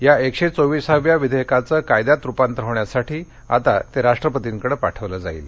या एकशे चोविसाव्या विधेयकाचं कायद्यात रुपांतर होण्यासाठी आता ते राष्ट्रपर्तीकडे पाठवलं जाईल